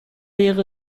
wäre